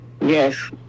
Yes